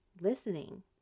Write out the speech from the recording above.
listening